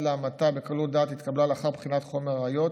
להמתה בקלות דעת התקבלה לאחר בחינת חומר הראיות,